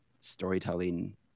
storytelling